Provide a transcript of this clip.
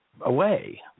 away